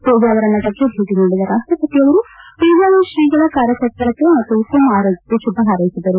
ಪೇಜಾವರ ಮಠಕ್ಕೆ ಭೇಟ ನೀಡಿದ ರಾಷ್ಷಪತಿಯವರು ಪೇಜಾವರ ತ್ರೀಗಳ ಕಾರ್ಯತ್ಪರತೆ ಮತ್ತು ಉತ್ತಮ ಆರೋಗ್ಕಕ್ಕೆ ಶುಭಾ ಹಾರ್ಕೆಸಿದರು